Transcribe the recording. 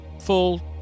Full